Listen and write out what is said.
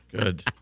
Good